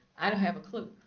i don't have a clue.